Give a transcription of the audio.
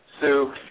Sue